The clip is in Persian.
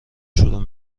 شروع